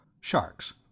Sharks